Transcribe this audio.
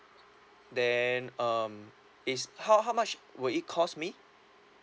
then um is how how much will it cost me